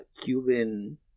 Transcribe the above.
Cuban